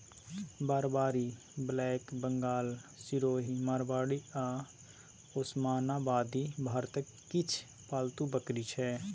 Barbari, black Bengal, Sirohi, Marwari आ ओसमानाबादी भारतक किछ पालतु बकरी छै